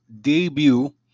debut